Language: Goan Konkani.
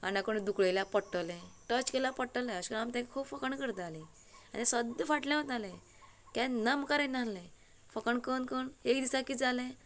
आनी कोणी धुकल्ल्यार पडटलें टच केल्यार पडटले अशें करून तेगेली खूब फकाणां करताली आनी सद्दां फाटल्यान उरताले केन्ना मुखार येनासलें फकाणां करून करून एक दिसांक कितें जालें